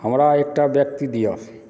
हमरा एकटा व्यक्ति दिअ